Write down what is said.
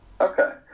Okay